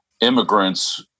immigrants